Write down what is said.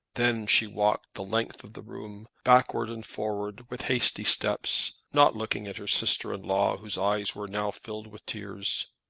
then she walked the length of the room, backwards and forwards, with hasty steps, not looking at her sister-in-law, whose eyes were now filled with tears.